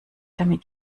damit